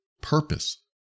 purpose